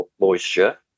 moisture